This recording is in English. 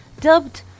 dubbed